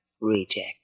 reject